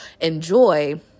enjoy